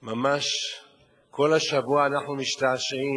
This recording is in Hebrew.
ממש כל השבוע אנחנו משתעשעים